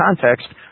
context